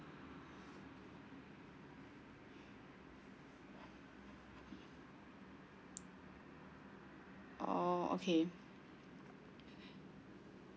oh okay